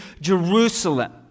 Jerusalem